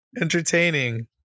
entertaining